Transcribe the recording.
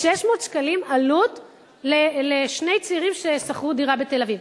עלות לשני צעירים ששכרו דירה בתל-אביב.